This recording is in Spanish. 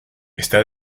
está